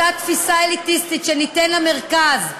אותה תפיסה אליטיסטית שניתֵן למרכז,